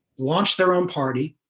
launched their own party,